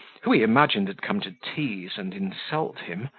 who he imagined had come to tease and insult him,